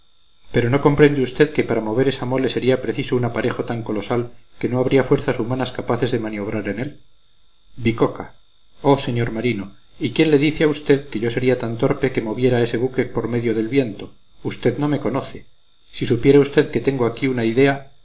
pero no comprende usted que para mover esa mole sería preciso un aparejo tan colosal que no habría fuerzas humanas capaces de maniobrar en él bicoca oh señor marino y quién le dice a usted que yo sería tan torpe que moviera ese buque por medio del viento usted no me conoce si supiera usted que tengo aquí una idea